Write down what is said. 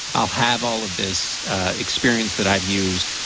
i'll have all of this experience that i've used,